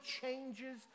changes